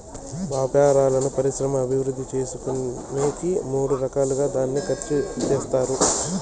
వ్యాపారాలను పరిశ్రమల అభివృద్ధి చేసుకునేకి మూడు రకాలుగా దాన్ని ఖర్చు చేత్తారు